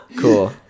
Cool